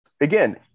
again